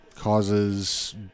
causes